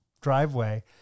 driveway